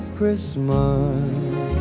Christmas